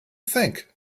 think